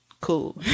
cool